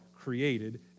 created